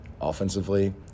offensively